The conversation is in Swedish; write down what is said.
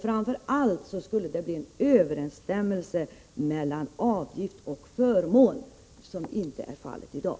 Framför allt skulle det medföra en överensstämmelse mellan avgift och förmån som inte är fallet i dag.